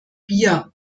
bier